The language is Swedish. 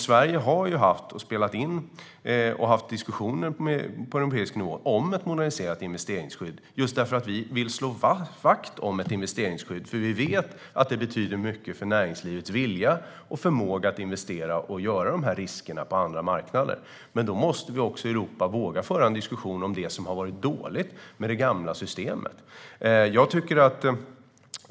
Sverige har gjort inspel och haft diskussioner på europeisk nivå om ett moderniserat investeringsskydd, just för att vi vill slå vakt om ett sådant skydd. Vi vet att det betyder mycket för näringslivets vilja och förmåga att investera och ta risker på andra marknader. Men då måste vi i Europa också våga föra en diskussion om det som har varit dåligt med det gamla systemet.